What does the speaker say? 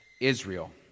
Israel